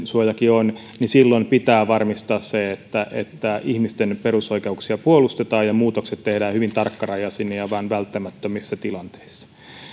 suojakin on niin silloin pitää varmistaa se että että ihmisten perusoikeuksia puolustetaan ja muutokset tehdään hyvin tarkkarajaisina ja vain välttämättömissä tilanteissa